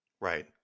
Right